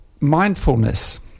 mindfulness